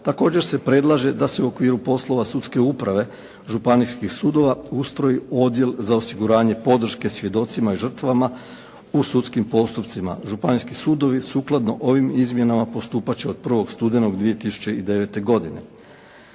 Također se predlaže da se u okviru poslova sudske uprave županijskih sudova ustroji odjel za osiguranje podrške svjedocima i žrtvama u sudskim postupcima. Županijski sudovi sukladno ovim izmjenama postupati će od 1. studenoga 2009. godine.